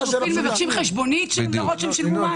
אתם מבקשים חשבונית כדי לראות שהם שילמו מס?